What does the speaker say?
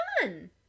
fun